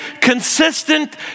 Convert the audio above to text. consistent